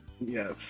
Yes